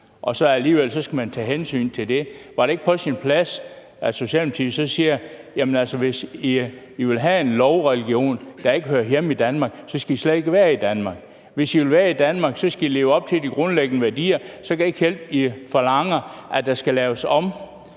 men alligevel skal man tage hensyn til den. Var det ikke på sin plads, at Socialdemokratiet så siger: Hvis I vil have en lovreligion, der ikke hører hjemme i Danmark, skal I slet ikke være i Danmark, og hvis I vil være i Danmark, skal I leve op til de grundlæggende værdier, og så kan det ikke hjælpe, at I forlanger, at der skal laves om